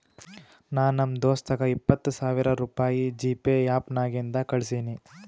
ನಾ ನಮ್ ದೋಸ್ತಗ ಇಪ್ಪತ್ ಸಾವಿರ ರುಪಾಯಿ ಜಿಪೇ ಆ್ಯಪ್ ನಾಗಿಂದೆ ಕಳುಸಿನಿ